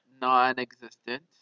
Non-existent